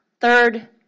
Third